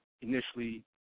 initially